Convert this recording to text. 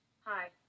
Hi